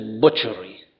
butchery